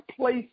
place